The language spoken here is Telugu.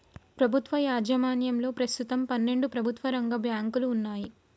ప్రభుత్వ యాజమాన్యంలో ప్రస్తుతం పన్నెండు ప్రభుత్వ రంగ బ్యాంకులు వున్నయ్